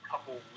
Couple